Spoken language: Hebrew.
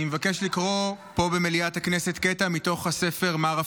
אני מבקש לקרוא פה במליאת הכנסת קטע מתוך הספר "מר הפקרה,